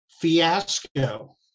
Fiasco